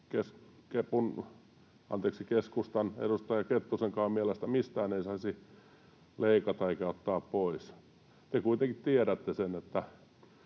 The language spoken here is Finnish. keskustan edustaja Kettusenkaan mielestä mistään ei saisi leikata eikä ottaa pois. Te kuitenkin tiedätte sen, että